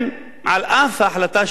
על אף ההחלטה של בג"ץ,